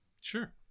Sure